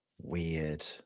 weird